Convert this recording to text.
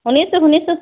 শুনিছোঁ শুনিছোঁ